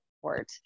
support